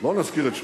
לא נזכיר את שמו,